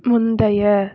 முந்தைய